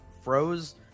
froze